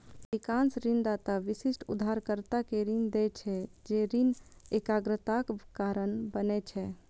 अधिकांश ऋणदाता विशिष्ट उधारकर्ता कें ऋण दै छै, जे ऋण एकाग्रताक कारण बनै छै